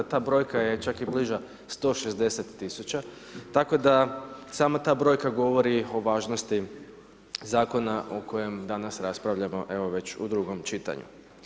Ta brojka je čak i bliža, 160 tisuća tako da sama ta brojka govori o važnosti zakona o kojem danas raspravljamo evo već u drugom čitanju.